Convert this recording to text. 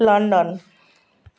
London